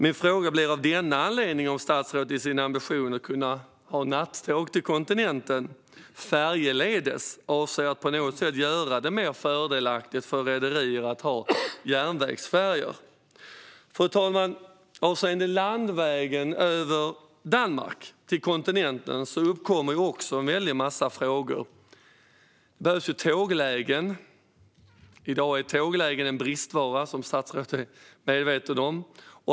Min fråga blir av denna anledning om statsrådet i sin ambition att kunna ha nattåg till kontinenten färjeledes avser att på något sätt göra det mer fördelaktigt för rederier att ha järnvägsfärjor? Fru talman! Avseende landvägen över Danmark till kontinenten uppkommer också en massa frågor. Det behövs tåglägen. I dag är tåglägen en bristvara, vilket statsrådet är medveten om.